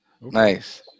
Nice